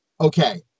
okay